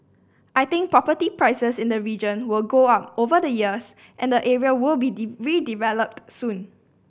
I think property prices in the region will go up over the years and the area will be redeveloped soon